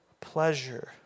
pleasure